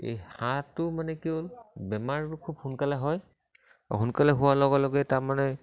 এই হাঁহটো মানে কি হ'ল বেমাৰটো খুব সোনকালে হয় আৰু সোনকালে হোৱাৰ লগে লগে তাৰমানে